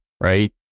Right